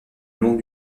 long